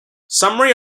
summary